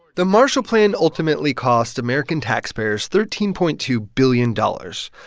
the marshall plan ultimately cost american taxpayers thirteen point two billion dollars.